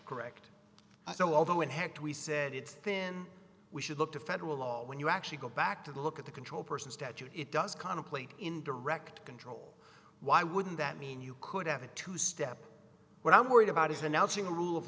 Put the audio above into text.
correct so although it had we said it's thin we should look to federal law when you actually go back to look at the control person statute it does contemplate in direct why wouldn't that mean you could have a two step what i'm worried about is announcing a rule of